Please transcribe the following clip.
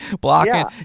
blocking